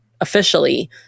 officially